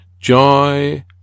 joy